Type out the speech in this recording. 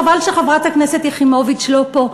חבל שחברת הכנסת יחימוביץ לא פה,